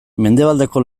mendebaldeko